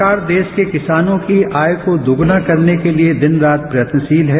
सरकार देश के किसानों की आय को दोगुना करने के लिए दिन रात प्रयत्नशील है